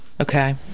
okay